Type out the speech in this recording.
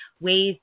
ways